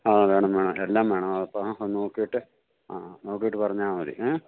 ആ വേണം വേണം എല്ലാം വേണം അപ്പോള് അത് നോക്കിയിട്ട് ആ നോക്കിയിട്ടു പറഞ്ഞാല് മതി